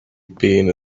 been